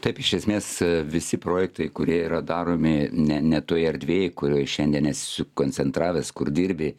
taip iš esmės visi projektai kurie yra daromi ne ne toj erdvėj kurioj šiandien es sukoncentravęs kur dirbi